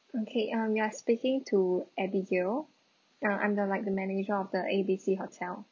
okay um you are speaking to abigail ah I'm the like the manager of the A B C hotel